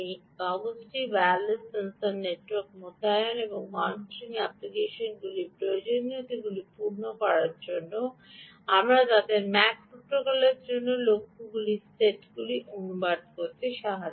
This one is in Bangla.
সুতরাং এই কাগজটি ওয়্যারলেস সেন্সর নেটওয়ার্ক মোতায়েন এবং মনিটরিং অ্যাপ্লিকেশনগুলির প্রয়োজনীয়তাগুলি পূরণ করার জন্য আমরা তাদের ম্যাক প্রোটোকলের জন্য লক্ষ্যগুলির সেটগুলিতে অনুবাদ করি